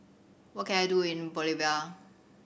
what can I do in Bolivia